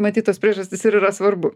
matyt tos priežastys ir yra svarbu